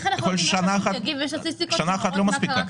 יכול להיות ששנה אחת לא מספיקה.